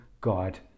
God